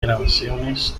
grabaciones